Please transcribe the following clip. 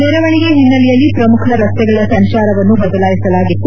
ಮೆರವಣಿಗೆ ಹಿನ್ನೆಲೆಯಲ್ಲಿ ಪ್ರಮುಖ ರಸ್ತೆಗಳ ಸಂಚಾರವನ್ನು ಬದಲಾಯಿಸಲಾಗಿತ್ತು